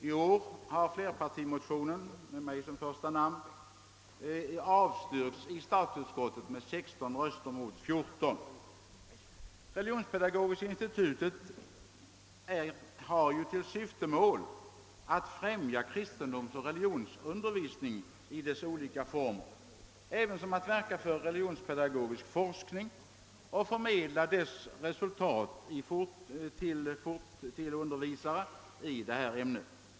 I år har flerpartimotionen med mitt namn som det första avstyrkts av statsutskottet med 16 röster mot 14. Religionspedagogiska institutet har till syfte att främja kristendomsoch religionsundervisning i deras olika former samt att verka för religionspedagogisk forskning och förmedla dess resultat till undervisare i detta ämne.